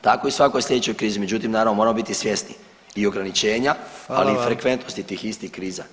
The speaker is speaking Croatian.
Tako i svakoj slijedećoj krizi međutim naravno, moramo bi svjesni i ograničenja ali i frekventnosti tih istih kriza.